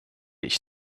ich